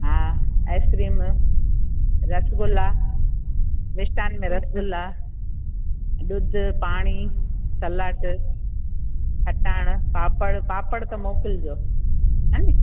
हा आइस्क्रीम रसगुल्ला मिष्टान में रसगुल्ला ॾुधु पाणी सलाड खटाइण पापड़ पापड़ त मोकिलिजो हा ने